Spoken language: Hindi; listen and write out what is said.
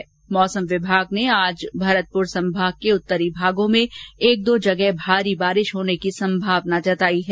इस बीच मौसम विभाग ने आज भरतपुर संभाग के उतरी भागों में एक दो जगह भारी बारिश होने की संभावना व्यक्त की है